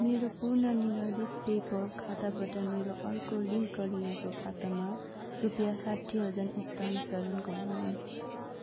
मेरो पूर्णनिर्वादित पेपाल खाताबाट मेरो अर्को लिङ्क गरिएको खातामा रुपियाँ साठी हजार स्थानान्तरण गर्नुहोस्